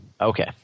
Okay